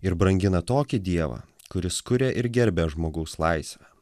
ir brangina tokį dievą kuris kuria ir gerbia žmogaus laisvę